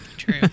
True